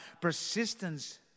Persistence